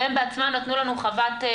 והם בעצמם נתנו לנו חוות-דעת,